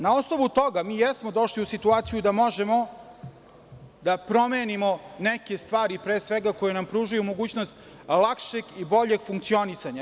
Na osnovu toga mi jesmo došli u situaciju da možemo da promenimo neke stvari, pre svega koje nam pružaju mogućnost lakšeg i boljeg funkcionisanja.